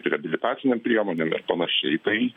reabilitacinėm priemonėm ir panašiai tai